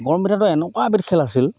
গৰম পিঠাটো এনেকুৱা এবিধ খেল আছিল